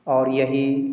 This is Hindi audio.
और यहीं